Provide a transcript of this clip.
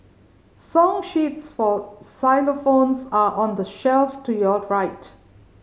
song sheets for xylophones are on the shelf to your right